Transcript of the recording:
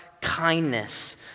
kindness